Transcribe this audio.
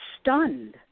stunned